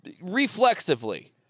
reflexively